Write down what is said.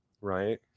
right